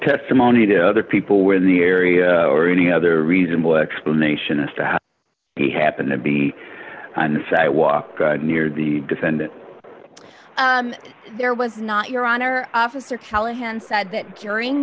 testimony to other people were in the area or any other reasonable explanation as to how they happened to be on the sidewalk near the defendant there was not your honor officer